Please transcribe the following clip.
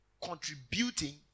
contributing